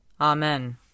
Amen